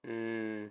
mm